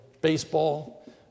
baseball